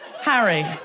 Harry